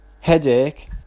headache